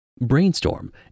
Brainstorm